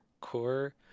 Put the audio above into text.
core